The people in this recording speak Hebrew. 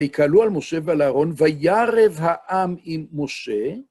ויקהלו על משה ועל אהרון, וירב העם עם משה.